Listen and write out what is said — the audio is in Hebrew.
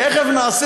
תכף נעשה